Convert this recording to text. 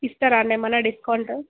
ఇస్తారా అండి ఏమన్నా డిస్కౌంట్